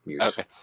Okay